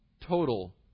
Total